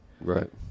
Right